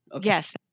Yes